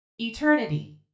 eternity